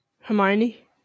Hermione